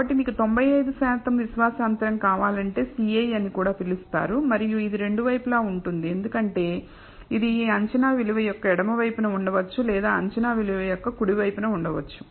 కాబట్టి మీకు 95 శాతం విశ్వాస అంతరం కావాలంటే CI అని కూడా పిలుస్తారు మరియు ఇది రెండు వైపులా ఉంటుంది ఎందుకంటే ఇది ఈ అంచనా విలువ యొక్క ఎడమ వైపున ఉండవచ్చు లేదా అంచనా విలువ యొక్క కుడి వైపున ఉండవచ్చు